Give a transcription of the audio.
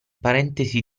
parentesi